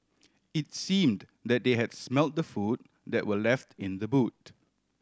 it's seemed that they had smelt the food that were left in the boot